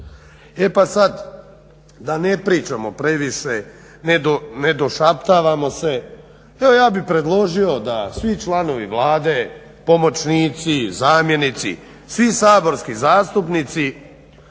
E pa sada da ne pričamo previše, ne došaptavamo se evo ja bih predložio da svi članovi Vlade, pomoćnici, zamjenici, svi saborski zastupnici